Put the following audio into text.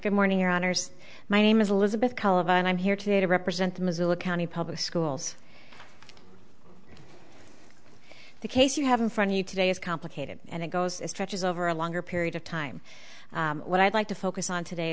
good morning your honors my name is elizabeth collins and i'm here today to represent the missoula county public schools the case you have in front of you today is complicated and it goes stretches over a longer period of time what i'd like to focus on today